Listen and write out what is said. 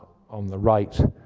on the right